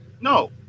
no